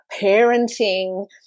parenting